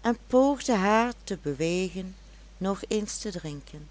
en poogde haar te bewegen nog eens te drinken